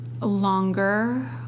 longer